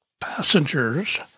passengers